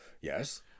Yes